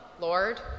Lord